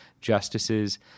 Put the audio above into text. justices